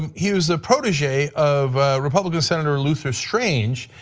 um he was a protege of republican senator luther strange,